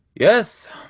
Yes